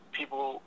people